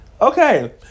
Okay